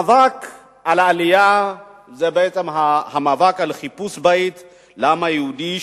המאבק על העלייה זה בעצם המאבק על חיפוש בית לעם היהודי,